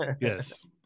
yes